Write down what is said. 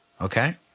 Okay